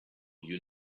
you